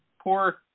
poor